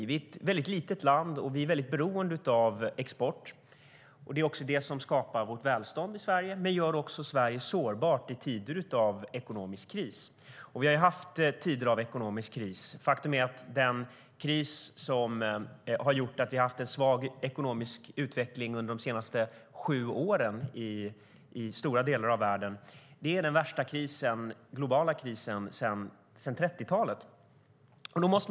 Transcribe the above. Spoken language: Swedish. Vi är ett litet land, och vi är väldigt beroende av export. Det är det som skapar vårt välstånd i Sverige, men det gör också Sverige sårbart i tider av ekonomisk kris. Vi har haft tider av ekonomisk kris. Faktum är att den kris som har gjort att vi haft en svag ekonomisk utveckling under de senaste sju åren i stora delar av världen är den värsta globala krisen sedan 30-talet.